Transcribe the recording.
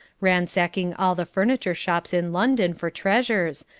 ransacking all the furniture shops in london for treasures,